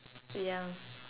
ya